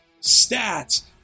Stats